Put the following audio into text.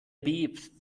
bebt